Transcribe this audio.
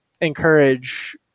encourage